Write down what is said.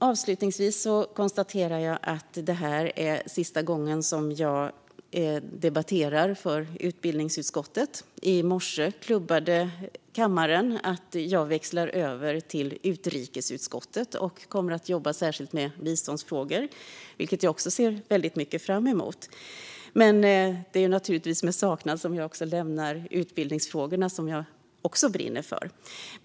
Avslutningsvis konstaterar jag att detta är sista gången som jag debatterar för utbildningsutskottet. I morse klubbade kammaren att jag växlar över till utrikesutskottet. Jag kommer där att jobba särskilt med biståndsfrågor, vilket jag ser väldigt mycket fram emot. Men det är naturligtvis med saknad som jag lämnar utbildningsfrågorna, som jag också brinner för.